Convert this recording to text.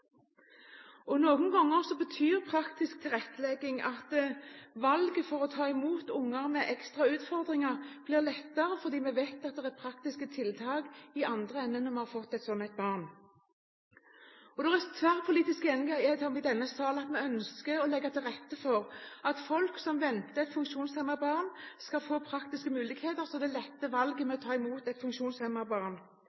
Noen ganger betyr praktisk tilrettelegging at valget om å ta imot unger med ekstra utfordringer blir lettere fordi man vet at det er praktiske tiltak i den andre enden når man har fått et sånt barn. Det er tverrpolitisk enighet i denne sal om at vi ønsker å legge til rette for at folk som venter et funksjonshemmet barn, skal få praktiske muligheter som letter valget om å ta imot et funksjonshemmet barn. Ser statsråden derfor at dette kan være med